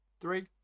Three